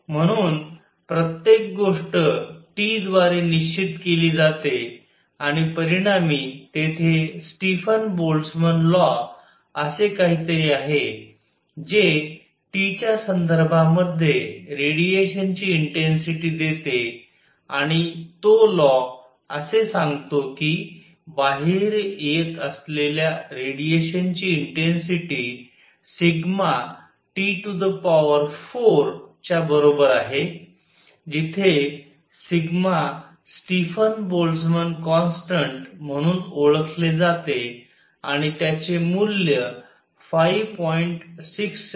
म्हणून प्रत्येक गोष्ट T द्वारे निश्चित केली जाते आणि परिणामी तेथे स्टीफन बोल्टझ्मन लॉ असे काहीतरी आहे जे T च्या संदर्भामध्ये रेडिएशन ची इंटेन्सिटी देते आणि तो लॉ असे सांगतो कि बाहेर येत असलेल्या रेडिएशन ची इंटेन्सिटी T4च्या बरोबर आहे जिथे सिग्मा स्टीफन बोल्टझ्मन कॉन्स्टन्ट म्हणून ओळखले जाते आणि त्याच्ये मूल्य5